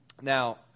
Now